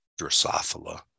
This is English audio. Drosophila